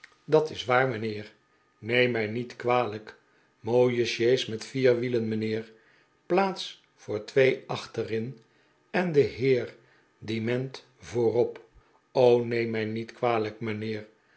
dat is waar mijnheer neem mij niet kwalijk mooie sjees met vier wielen mijnheer plaats voor twee achterin en de heer die ment voorop o neem mij niet kwalijk mijnheer